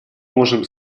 можем